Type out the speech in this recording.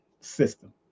system